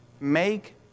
Make